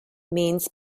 means